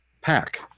Pack